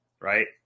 right